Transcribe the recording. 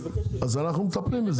אז אחנו מטפלים בזה.